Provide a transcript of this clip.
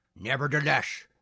Nevertheless